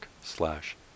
slash